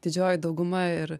didžioji dauguma ir